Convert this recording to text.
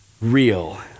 real